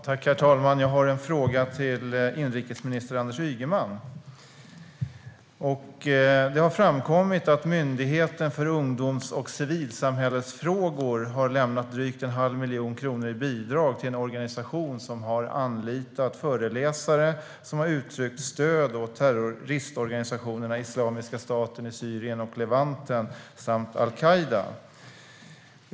Herr talman! Jag har en fråga till inrikesminister Anders Ygeman. Det har framkommit att Myndigheten för ungdoms och civilsamhällesfrågor har lämnat drygt en halv miljon kronor i bidrag till en organisation som har anlitat föreläsare som har uttryckt stöd för terrororganisationerna Islamiska staten i Irak och Levanten samt al-Qaida.